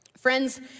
Friends